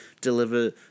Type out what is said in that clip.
deliver